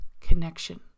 connection